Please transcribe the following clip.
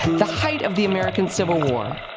the height of the american civil war.